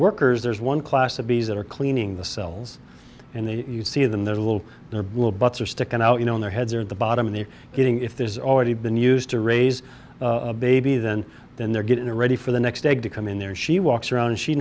workers there's one class to be that are cleaning the cells and the you see them their little their little butts are sticking out you know in their heads are at the bottom of the getting if there's already been used to raise a baby then then they're getting ready for the next egg to come in there she walks around and she